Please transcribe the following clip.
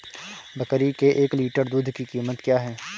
बकरी के एक लीटर दूध की कीमत क्या है?